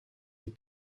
die